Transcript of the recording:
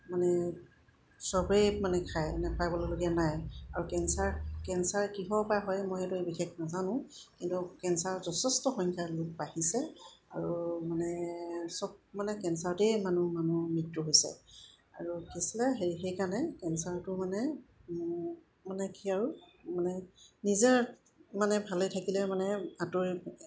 মানে চবেই মানে খায় নাখাবলগীয়া নাই আৰু কেঞ্চাৰ কেঞ্চাৰ কিহৰ পৰা হয় মই সেইটো বিশেষ নাজানো কিন্তু কেঞ্চাৰ যচেষ্ট সংখ্যাৰ লোক বাঢ়িছে আৰু মানে চব মানে কেঞ্চাৰতেই মানুহ মানুহৰ মৃত্যু হৈছে আৰু কি আছিলে হেৰি সেইকাৰণে কেঞ্চাৰটো মানে মানে কি আৰু মানে নিজে মানে ভালে থাকিলে মানে আঁতৰ